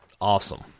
Awesome